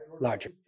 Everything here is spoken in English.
larger